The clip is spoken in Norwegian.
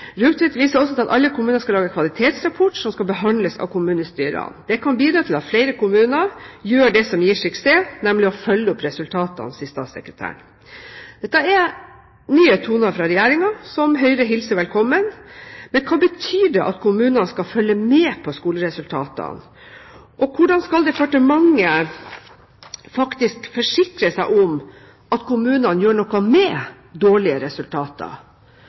også til at alle kommuner skal lage en kvalitetsrapport som skal behandles av kommunestyrene. «Det kan bidra til at flere kommuner gjør det som gir suksess, nemlig å følge opp resultatene», sa statssekretæren. Dette er nye toner fra Regjeringen, som Høyre hilser velkommen. Men hva betyr det at kommunene skal følge med på skoleresultatene? Hvordan skal departementet faktisk forsikre seg om at kommunene gjør noe med dårlige resultater?